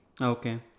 Okay